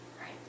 Right